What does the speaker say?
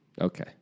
okay